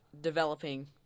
developing